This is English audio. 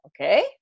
Okay